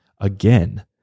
again